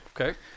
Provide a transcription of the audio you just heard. Okay